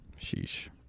Sheesh